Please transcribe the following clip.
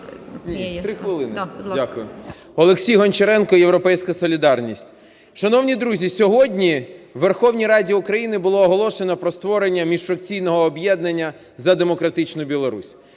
Олексій Гончаренко, "Європейська солідарність". Шановні друзі, сьогодні у Верховній Раді України було оголошено про створення міжфракційного об'єднання "За демократичну Білорусь".